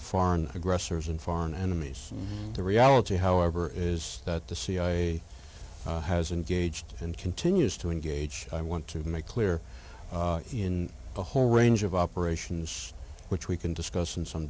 foreign aggressors and foreign enemies the reality however is that the cia has engaged and continues to engage i want to make clear in a whole range of operations which we can discuss in some